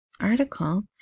Article